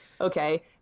okay